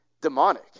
demonic